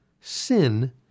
sin